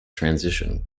transition